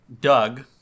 Doug